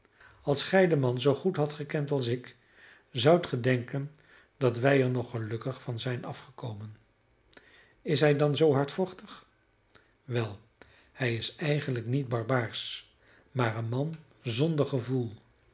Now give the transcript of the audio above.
als gij den man zoo goed hadt gekend als ik zoudt ge denken dat wij er nog gelukkig van zijn afgekomen is hij dan zoo hardvochtig wel hij is eigenlijk niet barbaarsch maar een man zonder